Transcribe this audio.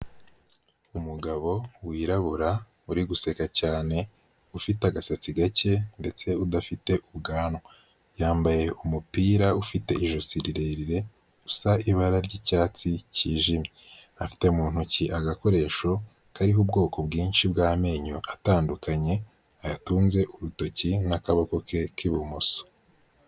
Umugabo wirabura uri guseka cyane, ufite agasatsi gake ndetse udafite ubwanwa, yambaye umupira ufite ijosi rirerire usa ibara ry'icyatsi kijimye, afite mu ntoki agakoresho kariho ubwoko bwinshi bw'amenyo atandukanye, yatunze urutoki n'akaboko ke k'ibumoso.